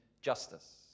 justice